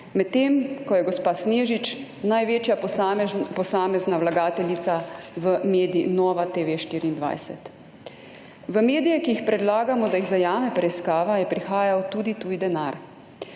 Medtem, ko je gospa Snežič, največja posamezna vlagateljica v mediju Nova 24 TV. V medije, ki jih predlagamo, da jih zajame preiskava je prihajal tudi tuj denar.